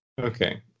Okay